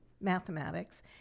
mathematics